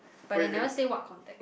but they never say what contact